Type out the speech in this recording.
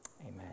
Amen